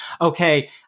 okay